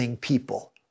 people